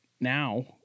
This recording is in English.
now